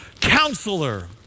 counselor